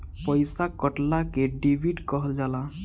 पइसा कटला के डेबिट कहल जाला